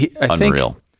Unreal